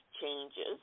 changes